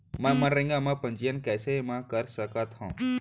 मैं मनरेगा म पंजीयन कैसे म कर सकत हो?